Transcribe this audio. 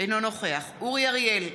אינו נוכח אורי אריאל,